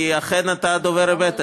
כי אכן אתה דובר אמת.